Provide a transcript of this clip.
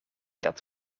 dat